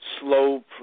slow